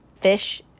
fish